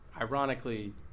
ironically